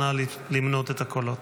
נא למנות את הקולות.